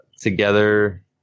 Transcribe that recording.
together